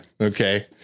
Okay